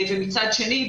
מצד שני,